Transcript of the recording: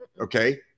Okay